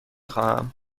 خواهم